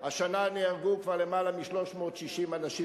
השנה נהרגו כבר יותר מ-36 אנשים,